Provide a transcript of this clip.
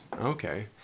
okay